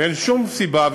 ואין שום סיבה.